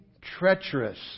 treacherous